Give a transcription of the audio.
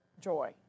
joy